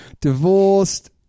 Divorced